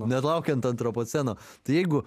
nelaukiant antropoceno tai jeigu